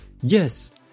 Yes